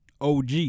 OG